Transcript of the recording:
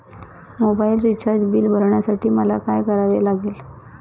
Mobile recharge bill भरण्यासाठी मला काय करावे लागेल?